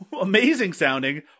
amazing-sounding